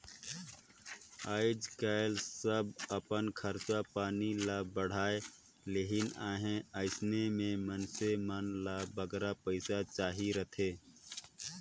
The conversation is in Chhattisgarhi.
आएज काएल सब अपन खरचा पानी ल बढ़ाए लेहिन अहें अइसे में मइनसे मन ल बगरा पइसा चाहिए रहथे